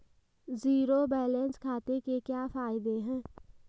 Zero balance खाते के क्या फायदे हैं?